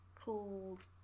called